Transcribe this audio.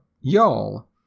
y'all